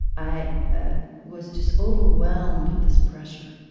i ah was just overwhelmed with this pressure.